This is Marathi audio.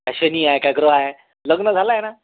शनी आहे का ग्रह आहे लग्न झालं आहे ना